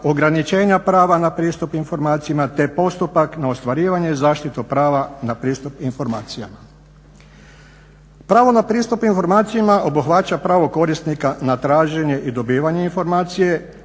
ograničenja prava na pristup informacijama te postupak na ostvarivanje i zaštitu prava na pristup informacijama. Pravo na pristup informacijama obuhvaća pravo korisnika na traženje i dobivanje informacije,